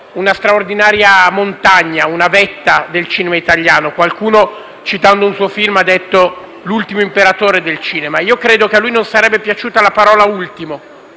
una straordinaria montagna, una vetta del cinema italiano. Qualcuno, citando un suo film, l'ha definito l'ultimo imperatore del cinema, ma credo che non gli sarebbe piaciuta la parola «ultimo»: